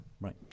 Right